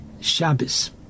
Shabbos